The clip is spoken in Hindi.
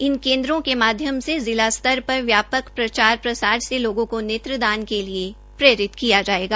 इन केन्द्रों के माध्यम से जिला स्तर पर व्यापक प्रचारप्रसार से लोगों के लिये प्रेरित किया जायेगा